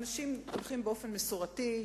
אנשים הולכים באופן מסורתי,